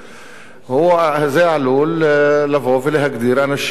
זה עלול לבוא ולהגדיר אנשים שמתנגדים